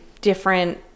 different